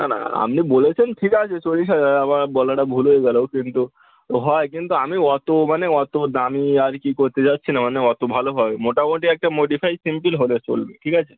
না না আপনি বলেছেন ঠিক আছে চল্লিশ হাজার আমার বলাটা ভুল হয়ে গেলো কিন্তু হয় কিন্তু আমি অতো মানে অতো দামি আর কি করতে চাচ্ছি না মানে অতো ভালোভাবে মোটামোটি একটা মডিফাই সিম্পল হলে চলবে ঠিক আছে